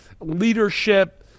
leadership